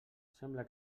sembla